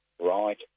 right